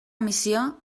missió